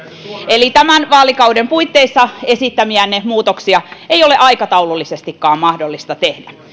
eli tämän vaalikauden puitteissa esittämiänne muutoksia ei ole aikataulullisestikaan mahdollista tehdä